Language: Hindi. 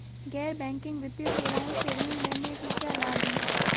गैर बैंकिंग वित्तीय सेवाओं से ऋण लेने के क्या लाभ हैं?